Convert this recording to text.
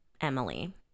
Emily